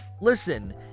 Listen